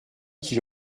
qu’il